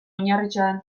oinarrietan